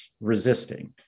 resisting